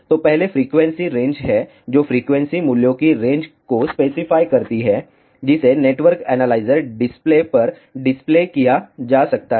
तो पहले frequency range है जो फ्रीक्वेंसी मूल्यों की रेंज को स्पेसिफाई करती है जिसे नेटवर्क एनालाइजर डिस्प्ले पर डिस्प्ले किया जा सकता है